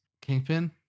Kingpin